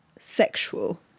sexual